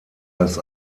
als